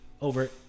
over